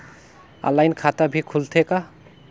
Online खाता भी खुलथे का?